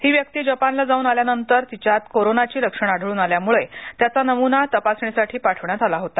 ही व्यक्ती जपानला जाऊन आल्यानंतर तिच्यात कोरोना ची लक्षण आढळून आल्यामुळे त्याचा नमुना तपासणीसाठी पाठवण्यात आला होता